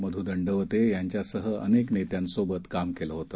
मधु दंडवते यांच्यासह अनेक नेत्यांसोबत काम केलं होते